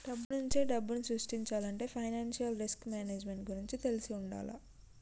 డబ్బునుంచే డబ్బుని సృష్టించాలంటే ఫైనాన్షియల్ రిస్క్ మేనేజ్మెంట్ గురించి తెలిసి వుండాల